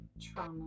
trauma